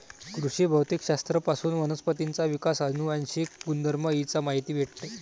कृषी भौतिक शास्त्र पासून वनस्पतींचा विकास, अनुवांशिक गुणधर्म इ चा माहिती भेटते